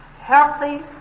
healthy